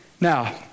Now